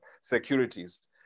securities